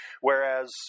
Whereas